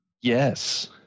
Yes